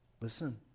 listen